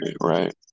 Right